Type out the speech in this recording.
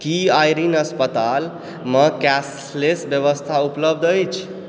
की Irene अस्पताल म cashless व्यवस्था उपलब्ध अछि